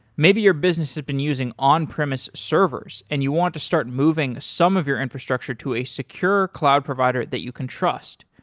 maybe your business has been using on premise servers servers and you want to start moving some of your infrastructure to a secure cloud provider that you can trust.